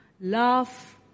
Love